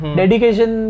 dedication